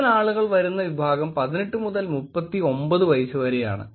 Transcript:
കൂടുതൽ ആളുകൾ വരുന്ന വിഭാഗം 18 മുതൽ 39 വയസുവരെയാണ്